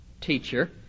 teacher